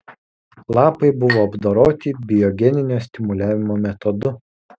lapai buvo apdoroti biogeninio stimuliavimo metodu